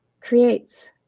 creates